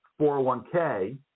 401k